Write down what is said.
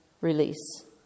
release